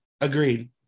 Agreed